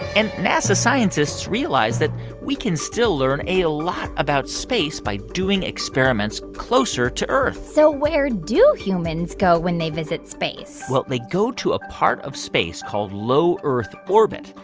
and nasa scientists realized that we can still learn a lot about space by doing experiments closer to earth so where do humans go when they visit space? well, they go to a part of space called low earth orbit.